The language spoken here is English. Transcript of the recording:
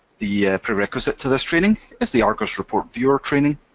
the prerequisite to this training is the argos report viewer training,